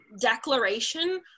declaration